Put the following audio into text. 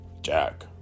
Jack